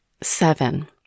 Seven